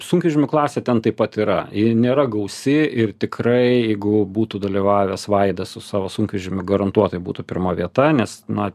sunkvežimių klasė ten taip pat yra ji nėra gausi ir tikrai jeigu būtų dalyvavęs vaidas su savo sunkvežimiu garantuotai būtų pirma vieta nes na